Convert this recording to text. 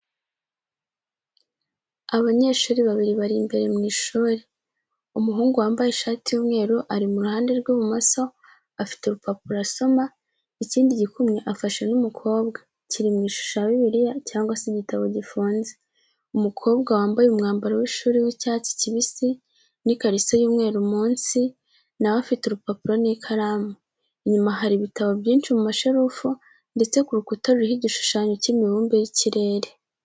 Abanyeshuri babiri bari imbere mu ishuri. Umuhungu wambaye ishati y’umweru ari mu ruhande rw’ibumoso, afite urupapuro asoma, ikindi gikumwe afashe n’umukobwa, kiri mu ishusho ya bibiliya cyangwa igitabo gifunze. Umukobwa wambaye umwambaro w’ishuri w’icyatsi kibisi n’ikariso y’umweru munsi, nawe afite urupapuro n’ikaramu. Inyuma hari ibitabo byinshi mu masherufu, ndetse ku rukuta ruriho igishushanyo cy’imibumbe y’ikirere.